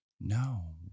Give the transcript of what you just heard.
No